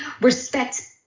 Respect